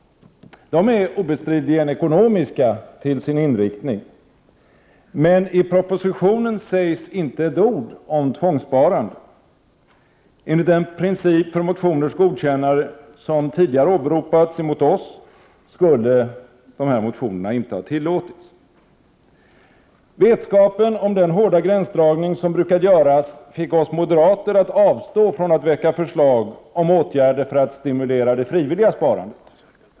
De är obestridligen ekonomiska till sin inriktning. Men i propositionen sägs inte ett ord om tvångssparande. Enligt den princip för motioners godkännande som tidigare åberopats emot oss skulle dessa motioner inte ha tillåtits. Vetskapen om den hårda gränsdragning som brukat göras fick oss moderater att avstå från att väcka förslag om åtgärder för att stimulera det frivilliga sparandet.